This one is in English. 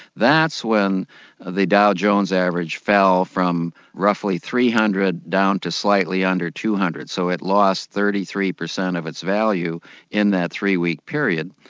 that's when the dow jones average fell from roughly three hundred down to slightly under two hundred, so it lost thirty three percent of its value in that three week period.